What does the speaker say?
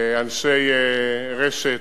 אנשי רש"ת,